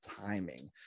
timing